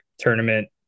tournament